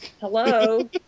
Hello